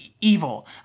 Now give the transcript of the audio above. evil